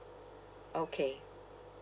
okay